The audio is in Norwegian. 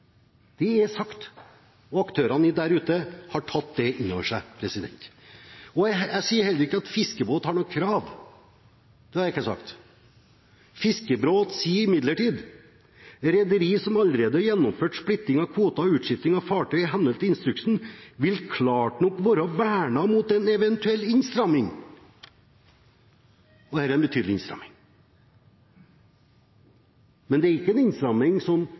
Det er sagt, og aktørene der ute har tatt det inn over seg. Jeg sier heller ikke at Fiskebåt har noe krav – det har jeg ikke sagt. Fiskebåt sier imidlertid at rederier som allerede har gjennomført splitting av kvoter og utskifting av fartøy i henhold til instruksen, vil klart nok være vernet mot en eventuell innstramning – og dette er en betydelig innstramming. Men det er ikke en innstramning som